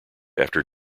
after